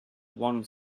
one